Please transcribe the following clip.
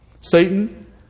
Satan